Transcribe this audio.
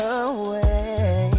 away